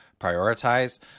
prioritize